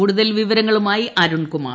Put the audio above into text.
കൂടുതൽ വിവരങ്ങളുമായി അരുൺകുമാർ